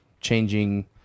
changing